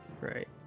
right